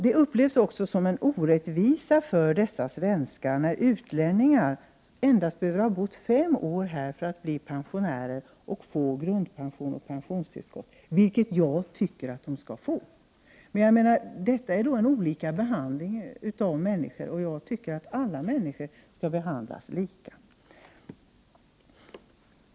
Det upplevs som en orättvisa för dessa svenskar när utlänningar endast behöver ha bott fem år här för att bli pensionärer och få grundpension och pensionstillskott — som jag tycker att de skall få. Men jag menar att detta är att behandla människor olika, och jag tycker att alla människor skall behandlas lika.